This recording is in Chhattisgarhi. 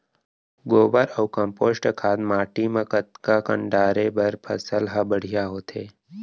गोबर अऊ कम्पोस्ट खाद माटी म कतका कन डाले बर फसल ह बढ़िया होथे?